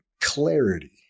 clarity